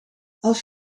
als